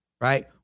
right